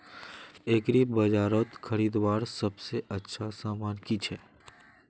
एग्रीबाजारोत खरीदवार सबसे अच्छा सामान की छे?